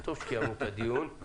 וטוב שקיימנו את הדיון,